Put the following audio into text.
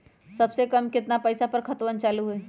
सबसे कम केतना पईसा पर खतवन चालु होई?